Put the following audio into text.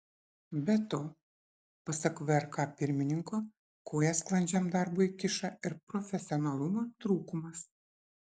be to pasak vrk pirmininko koją sklandžiam darbui kiša ir profesionalumo trūkumas